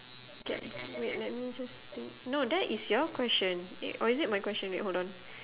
K wait let me just think no that is your question eh or is it my question wait hold on